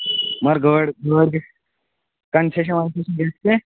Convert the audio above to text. مگر گٲڑ گٲڑۍ کنسیٚشن ونسیٚشن گژھِ کیٚنٛہہ